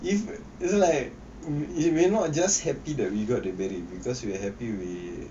if is like you will not just happy that we got the beret because we are happy with